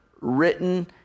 written